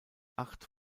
acht